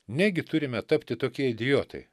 negi turime tapti tokie idiotai